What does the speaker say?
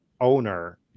owner